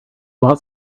bought